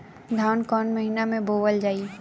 धान कवन महिना में बोवल जाई?